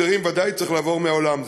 ודאי שחוק ההסדרים צריך לעבור מן העולם.